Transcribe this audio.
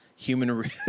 Human